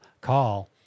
call